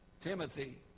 Timothy